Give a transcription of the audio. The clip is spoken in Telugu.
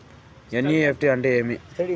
ఎన్.ఇ.ఎఫ్.టి అంటే ఏమి